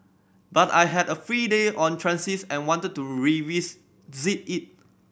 but I had a free day on transit and I wanted to revisit Z it